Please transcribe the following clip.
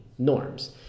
norms